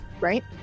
right